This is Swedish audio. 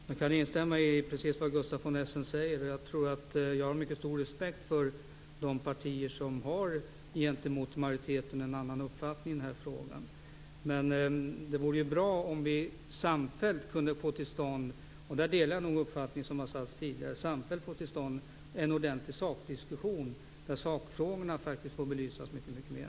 Fru talman! Jag instämmer i vad Gustaf von Essen säger. Jag har stor respekt för de partier som har en gentemot majoriteten annan uppfattning i den här frågan. Det vore bra om vi samfällt kunde få till stånd en ordentlig sakdiskussion. Sakfrågorna måste belysas mer.